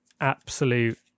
Absolute